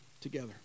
together